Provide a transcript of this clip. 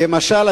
כמשל,